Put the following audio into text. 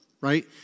right